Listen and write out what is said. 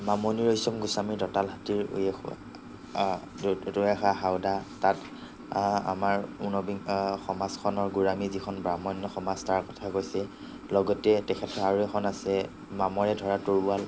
মামণি ৰয়চম গোস্বামীৰ দঁতাল হাতীৰ উঁয়ে খোৱা উঁয়ে খোৱা হাওদা তাত আমাৰ উনবিং সমাজখনৰ গোড়ামী যিখন ব্ৰাহ্মণ্য সমাজ তাৰ কথা কৈছে লগতে তেখেতৰ আৰু এখন আছে মামৰে ধৰা তৰোৱাল